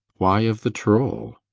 why of the troll?